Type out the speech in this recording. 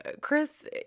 chris